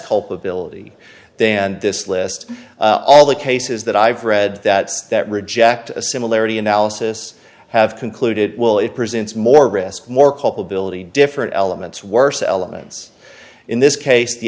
culpability then this list all the cases that i've read that that reject a similarity analysis have concluded will it presents more risk more culpability different elements worse elements in this case the